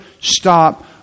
stop